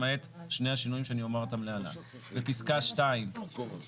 למעט שני השינויים שאומר אותם להלן: בפסקה 2 הובהר